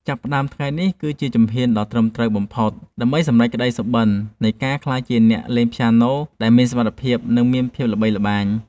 ចាប់ផ្តើមនៅថ្ងៃនេះគឺជាជំហានដ៏ត្រឹមត្រូវបំផុតដើម្បីសម្រេចក្តីសុបិននៃការក្លាយជាអ្នកលេងព្យ៉ាណូដែលមានសមត្ថភាព និងមានភាពល្បីល្បាញ។